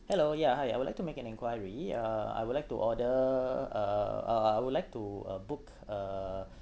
hello yeah hi I would like to make an enquiry uh I would like to order uh uh I would like to uh book uh